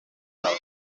del